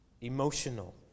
emotional